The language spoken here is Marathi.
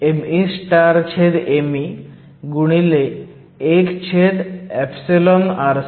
6 meme 1r2